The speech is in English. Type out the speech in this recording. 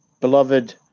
beloved